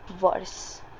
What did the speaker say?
worse